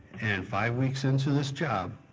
and five weeks into this job,